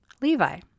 Levi